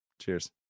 Cheers